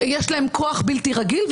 יש להם כוח בלתי רגיל,